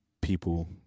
people